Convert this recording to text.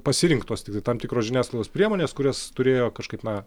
pasirinktos tiktai tam tikros žiniasklaidos priemonės kurias turėjo kažkaip na